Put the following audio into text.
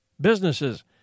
businesses